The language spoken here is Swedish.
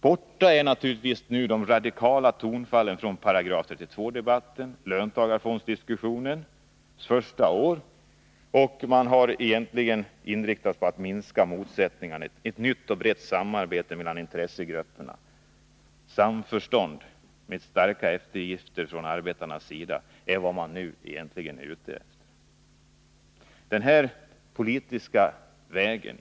Borta är naturligtvis nu de radikala tonfallen från § 32-debatten och löntagarfondsdiskussionens första år, och man har egentligen inriktat sig på att minska motsättningarna. Ett nytt och brett samarbete mellan intressegrupperna har påbörjats, samförstånd — med starka eftergifter från arbetarnas sida — är vad man nu egentligen är ute efter.